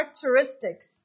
characteristics